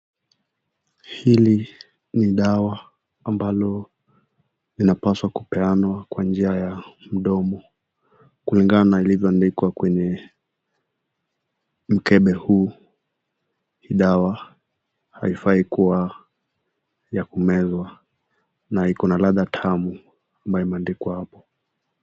Hili ni dawa ambalo linapaswa kupeanwa kwa njia ya mdomo kulingana na ilivyoandikwa kwenye mkebe huu, dawa haifai kuwa ya kumezwa na ikona ladha tamu ambayo imeandikwa hapo.